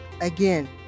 Again